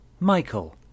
Michael